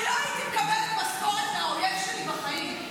אני לא הייתי מקבלת משכורת מהאויב שלי בחיים,